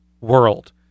world